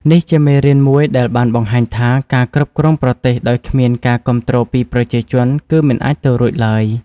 នេះជាមេរៀនមួយដែលបានបង្ហាញថា ការគ្រប់គ្រងប្រទេសដោយគ្មានការគាំទ្រពីប្រជាជនគឺមិនអាចទៅរួចឡើយ។